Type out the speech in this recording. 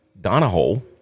Donahoe